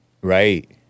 Right